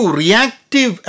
reactive